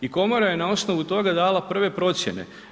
I komora je na osnovu toga dana prve procjene.